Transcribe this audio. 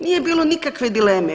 Nije bilo nikakve dileme.